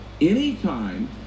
Anytime